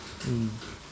mm